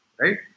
Right